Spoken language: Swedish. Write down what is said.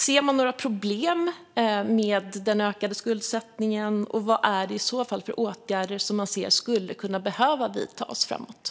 Ser ni några problem med den ökade skuldsättningen, och vad är det i så fall för åtgärder som ni ser kan behöva vidtas framöver?